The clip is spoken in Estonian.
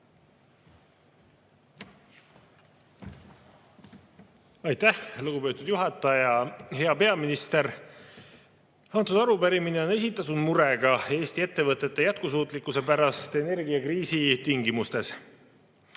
Aitäh, lugupeetud juhataja! Hea peaminister! Antud arupärimine on esitatud murega Eesti ettevõtete jätkusuutlikkuse pärast energiakriisi tingimustes.